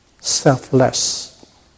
Selfless